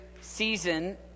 season